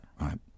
right